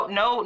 no